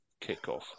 kickoff